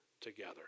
together